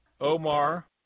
Omar